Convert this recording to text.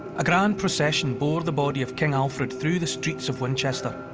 a grand procession bore the body of king alfred through the streets of winchester,